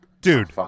Dude